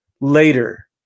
later